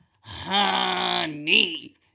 Honey